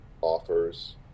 offers